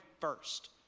first